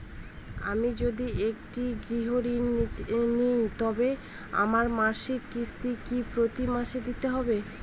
আমি যদি একটি গৃহঋণ নিই তবে আমার মাসিক কিস্তি কি প্রতি মাসে দিতে হবে?